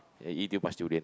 eat too much durian